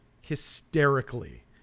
Hysterically